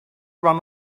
run